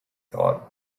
thought